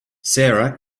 sara